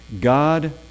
God